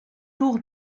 tour